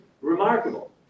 remarkable